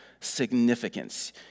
significance